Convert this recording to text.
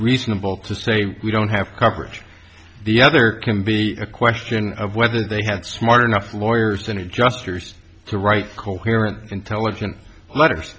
reasonable to say we don't have coverage the other can be a question of whether they have smart enough lawyers and just years to write coherent intelligent letters